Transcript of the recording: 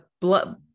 blood